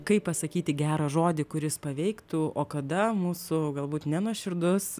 kaip pasakyti gerą žodį kuris paveiktų o kada mūsų galbūt nenuoširdus